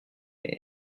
leur